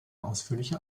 ausführliche